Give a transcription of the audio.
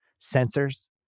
sensors